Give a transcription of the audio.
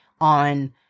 on